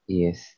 yes